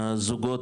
הזוגות,